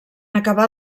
acabar